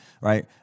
right